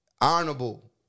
Honorable